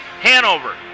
Hanover